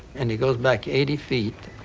and he goes back eighty feet.